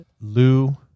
Lou